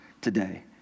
today